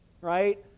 right